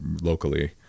locally